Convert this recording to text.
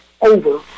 over